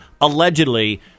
allegedly